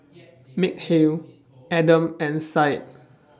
Mikhail Adam and Syed